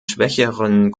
schwächeren